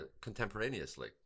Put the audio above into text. contemporaneously